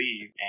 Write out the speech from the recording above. leave